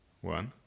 One